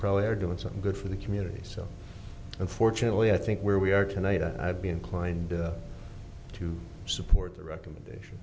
probably are doing something good for the community so unfortunately i think where we are tonight i'd be inclined to support the recommendation